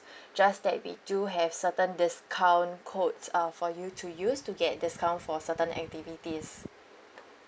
just that we do have certain discount codes uh for you to use to get discount for certain activities